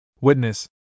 Witness